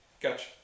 Gotcha